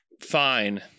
fine